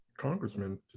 congressman